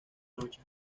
noche